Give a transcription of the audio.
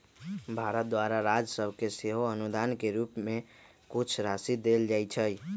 भारत द्वारा राज सभके सेहो अनुदान के रूप में कुछ राशि देल जाइ छइ